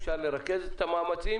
אפשר לרכז את המאמצים